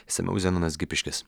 išsamiau zenonas gipiškis